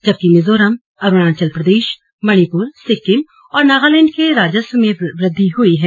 जबकि मिजोरम अरुणाचल प्रदेश मणिपुर सिक्किम और नगालैंड के राजस्व में वृद्धि हई है